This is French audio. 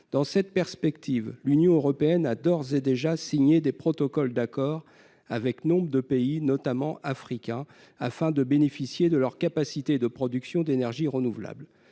Dans cette perspective, l'Union européenne a d'ores et déjà signé des protocoles d'accord avec nombre de pays, notamment africains, afin de bénéficier de leurs capacités de production d'énergies renouvelables.